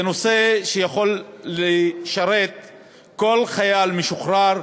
זה נושא שיכול לשרת כל חייל משוחרר.